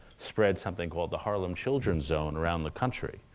spread something called the harlem children's zone around the country.